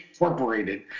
incorporated